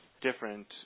different